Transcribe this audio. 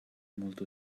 molto